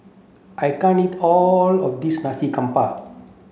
I can't eat all of this Nasi Campur